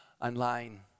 online